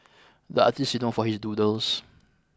the artist is known for his doodles